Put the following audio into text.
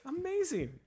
Amazing